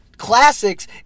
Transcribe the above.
classics